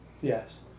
Yes